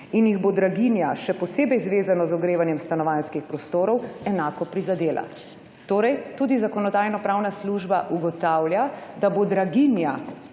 in jih bo draginja še posebej vezano z ogrevanjem stanovanjskih prostorov enako prizadela.« Torej tudi Zakonodajno-pravna služba ugotavlja, da bo draginja